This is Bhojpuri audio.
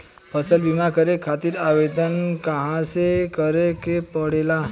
फसल बीमा करे खातिर आवेदन कहाँसे करे के पड़ेला?